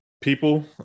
people